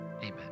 amen